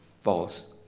false